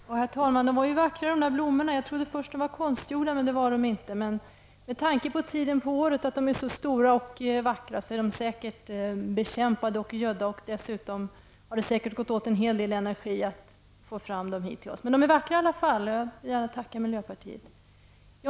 Herr talman! De blommor som ställdes här framme är vackra. Jag trodde först att de var konstgjorda, men det var de inte. Med tanke på att det är så stora och vackra vid den här tiden på året är de säkert bekämpade och gödda, och dessutom har de säkert gått åt en hel del energi för att få fram dem hit till oss. Men det är vackra i alla fall, och jag vill tacka miljöpartiet för dem.